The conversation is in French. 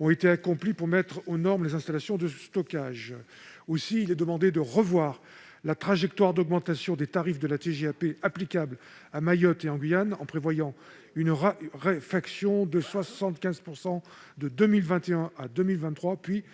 ont été accomplis pour mettre aux normes les installations de stockage. C'est pourquoi il est proposé de revoir la trajectoire d'augmentation des tarifs de la TGAP applicables à ces deux territoires, en prévoyant une réfaction de 75 % de 2021 à 2023, puis